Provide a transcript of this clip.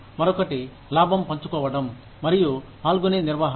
మరొకటి లాభం పంచుకోవడం మరియు పాల్గొనే నిర్వహణ